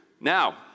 Now